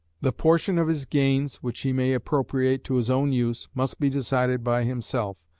the portion of his gains which he may appropriate to his own use, must be decided by himself,